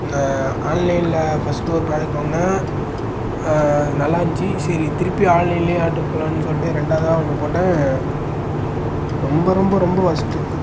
நான் ஆன்லைனில் ஃபஸ்ட்டு ஒரு ப்ராடக்ட் வாங்குனேன் நல்லாயிருந்துச்சி சரி திருப்பி ஆன்லைன்லேயே ஆர்ட்ரு பண்லாம்னு சொல்லிட்டு ரெண்டாவதாக ஒன்று போட்டேன் ரொம்ப ரொம்ப ரொம்ப வொஸ்ட்டு